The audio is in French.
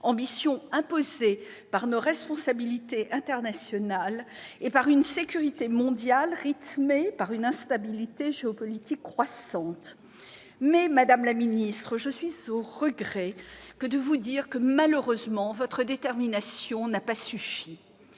ambitions imposées par nos responsabilités internationales et par une sécurité mondiale rythmée par une instabilité géopolitique croissante. Pour autant, madame la ministre, je suis au regret de vous dire que, malheureusement, votre détermination n'a pas suffi